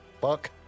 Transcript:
Fuck